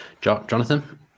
Jonathan